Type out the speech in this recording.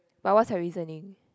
but what's her reasoning